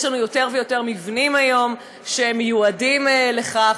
יש לנו יותר ויותר מבנים היום שמיועדים לכך.